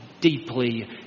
deeply